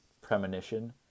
premonition